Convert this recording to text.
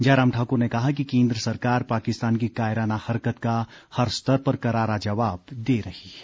जयराम ठाकुर ने कहा कि केंद्र सरकार पाकिस्तान की कायराना हरकत का हर स्तर पर करारा जवाब दे रही है